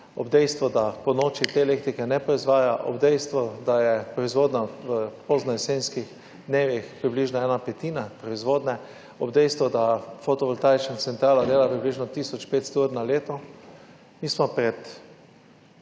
ob dejstvu, da ponoči te elektrike ne proizvaja, ob dejstvu, da je proizvodnja v poznojesenskih dnevih približno ena petina proizvodnje, ob dejstvu, da fotovoltaična centrala dela približno tisoč petsto ur na leto. Mi smo pred